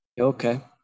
Okay